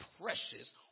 precious